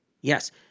Yes